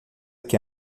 que